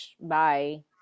bye